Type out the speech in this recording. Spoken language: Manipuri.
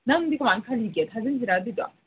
ꯅꯪꯗꯤ ꯀꯃꯥꯏ ꯈꯜꯂꯤꯒꯦ ꯊꯥꯖꯤꯟꯁꯤꯔꯥ ꯑꯗꯨꯗꯣ